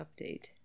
update